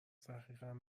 تحقیقم